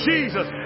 Jesus